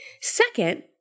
Second